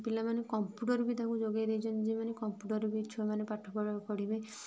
ପିଲାମାନେ କମ୍ପୁଟର୍ ବି ତାଙ୍କୁ ଯୋଗେଇ ଦେଇଚନ୍ତି ଯେ ମାନେ କମ୍ପୁଟର୍ ବି ଛୁଆମାନେ ପାଠ ପଢ଼ିବେ